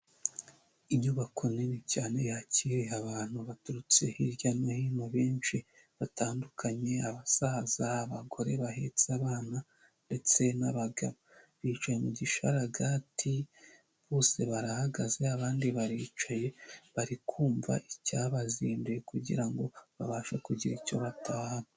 Inyubako nini cyane yakira abantu baturutse hirya no hino benshi batandukanye. Abasaza, abagore bahetse abana ndetse n’abagabo. Bicyaye mu gishararaga bose barahagaze abandi baricaye, bari kumvamva icyabazinduye kugirango ngo babashe kugira icyo batahana.